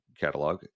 catalog